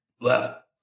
left